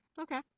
okay